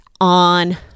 on